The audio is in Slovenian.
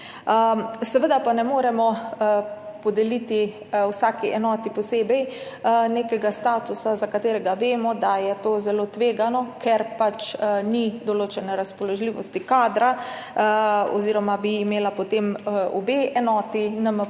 Seveda pa ne moremo podeliti vsaki enoti posebej nekega statusa, za kar vemo, da je zelo tvegano, ker pač ni določene razpoložljivosti kadra oziroma bi imeli potem obe enoti NMP